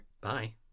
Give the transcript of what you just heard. Bye